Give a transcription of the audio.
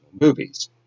movies